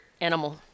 animal